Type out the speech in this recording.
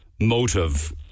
motive